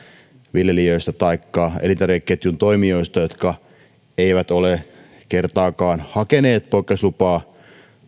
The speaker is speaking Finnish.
viljelijöistä tai elintarvikeketjun toimijoista jotka eivät ole kertaakaan hakeneet poikkeuslupaa